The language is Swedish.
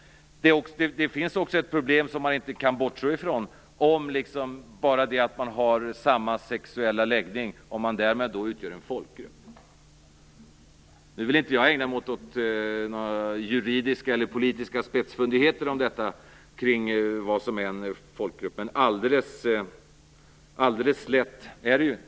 Det finns också ett problem som vi inte kan bortse från, och det är om bara detta att man har samma sexuella läggning innebär att man utgör en folkgrupp. Nu vill jag inte ägna mig åt några juridiska eller politiska spetsfundigheter kring vad som är en folkgrupp, men alldeles lätt är det inte.